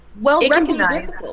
well-recognized